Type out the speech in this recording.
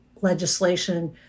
legislation